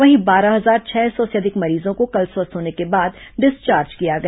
वहीं बारह हजार छह सौ से अधिक मरीजों को कल स्वस्थ होने के बाद डिस्चार्ज किया गया